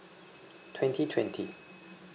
twenty twenty